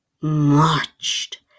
marched